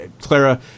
Clara